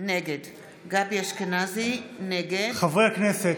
נגד חברי הכנסת,